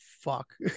fuck